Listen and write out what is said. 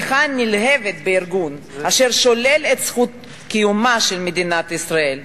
התמיכה הנלהבת בארגון אשר שולל את זכות קיומה של מדינת ישראל,